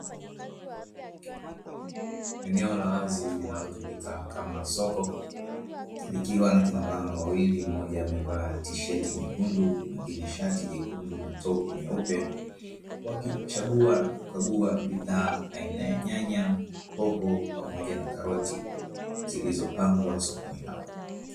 Eneo la wazi linalotumika kama soko likiwa na kinamama wawili mmoja, amevaa tisheti nyekundu mwingine shati jekundu na topu nyeupe wakichagua na kukagua bidhaa aina ya nyanya, hoho pamoja na karoti zilizopangwa sokoni hapo.